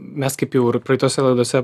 mes kaip jau ir praeitose laidose